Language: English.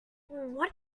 what